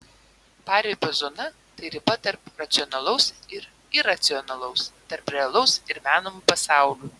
paribio zona tai riba tarp racionalaus ir iracionalaus tarp realaus ir menamų pasaulių